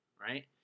right